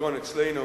אצלנו